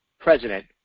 president